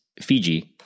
Fiji